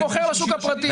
הוא מוכר לשוק הפרטי.